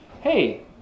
Hey